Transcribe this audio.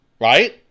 right